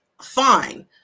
fine